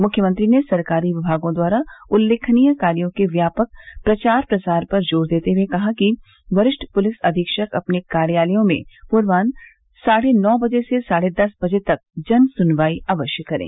मुख्यमंत्री ने सरकारी विमागों द्वारा उल्लेखनीय कार्यों के व्यापक प्रचार प्रसार पर जोर देते हुये कहा कि वरिष्ठ पुलिस अधीक्षक अपने कार्यालयों में पूर्वान्ह साढ़े नौ बजे से साढ़े दस बजे तक जन सुनवाई अवश्य करें